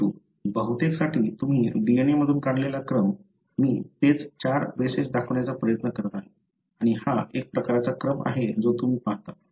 परंतु बहुतेकसाठी तुम्ही DNA मधून काढलेला क्रम मी तेच 4 बेसेस दाखवण्याचा प्रयत्न करत आहे आणि हा एक प्रकारचा क्रम आहे जो तुम्ही पाहता